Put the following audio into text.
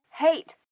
hate